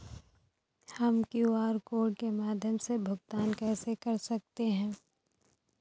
हम QR code के माध्यम से भुगतान कैसे कर सकते हैं?